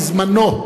בזמנו,